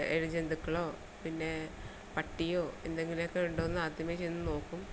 ഇഴജന്തുക്കളോ പിന്നെ പട്ടിയോ എന്തെങ്കിലുമൊക്കെ ഉണ്ടോയെന്ന് ആദ്യമേ ചെന്ന് നോക്കും